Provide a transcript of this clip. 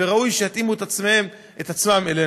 וראוי שיתאימו את עצמם אלינו.